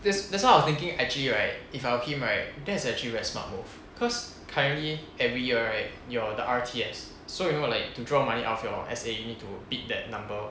that's that's why I was thinking actually right if I were him right that's actually very smart move cause currently every year right your the R_T_S so you know like to draw money out from your S_A you need to bid that number